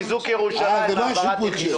זה חיזוק ירושלים, העברת יחידות.